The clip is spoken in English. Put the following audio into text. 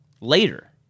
later